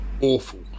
awful